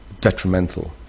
detrimental